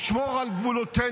לשמור על גבולותינו,